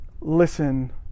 Listen